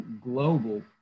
global